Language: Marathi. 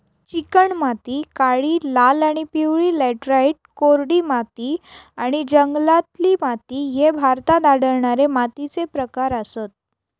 चिकणमाती, काळी, लाल आणि पिवळी लॅटराइट, कोरडी माती आणि जंगलातील माती ह्ये भारतात आढळणारे मातीचे प्रकार आसत